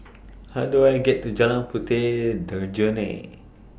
How Do I get to Jalan Puteh Jerneh